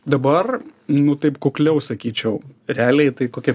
dabar nu taip kukliau sakyčiau realiai tai kokie